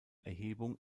erhebung